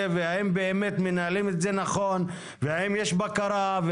והאם באמת מנהלים את זה נכון והאם יש בקרה?